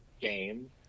game